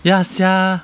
ya sia